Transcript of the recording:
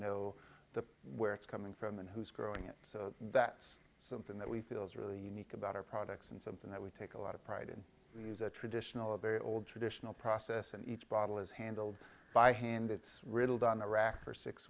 the where it's coming from and who's growing it that's something that we feel is really unique about our products and something that we take a lot of pride in we use a traditional very old traditional process and each bottle is handled by hand it's riddled on the rack for six